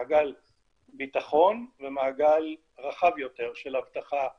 מעגל ביטחון ומעגל רחב יותר של אבטחה היקפית.